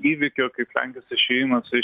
įvykio kaip lenkijos išėjimas iš